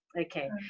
Okay